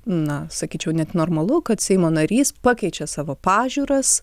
na sakyčiau net normalu kad seimo narys pakeičia savo pažiūras